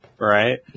right